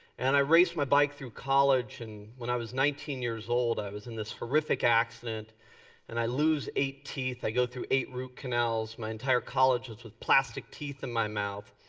and i raced my bike through college and when i was nineteen years old was in this horrific accident and i lose eight teeth. i go through eight root canals. my entire college was with plastic teeth in my mouth.